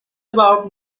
about